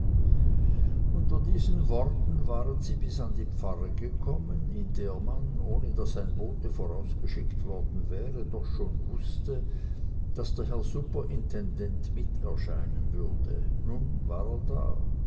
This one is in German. unter diesen worten waren sie bis an die pfarre gekommen in der man ohne daß ein bote vorausgeschickt worden wäre doch schon wußte daß der herr superintendent mit erscheinen würde nun war er da